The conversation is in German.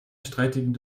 streitigen